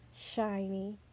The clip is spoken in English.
Shiny